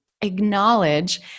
acknowledge